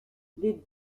les